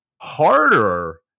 harder